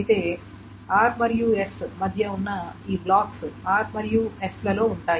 అయితే r మరియు s మధ్య ఉన్న ఈ బ్లాక్స్ r మరియు s లలో ఉంటాయి